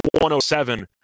107